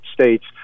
states